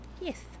Yes